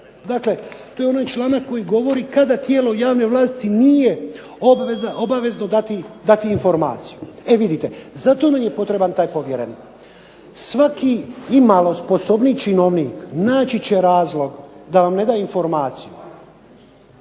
To je onaj članak koji govori kada tijelo javne vlasti nije obavezno dati informaciju. Zato nam je potreban povjerenik. Svaki imalo sposobniji činovnik naći će razlog da vam ne da informaciju.